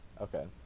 Okay